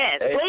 yes